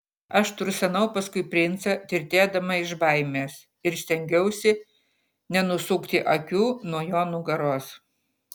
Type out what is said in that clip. aš tursenau paskui princą tirtėdama iš baimės ir stengiausi nenusukti akių nuo jo nugaros